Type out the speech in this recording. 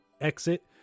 exit